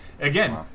again